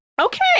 Okay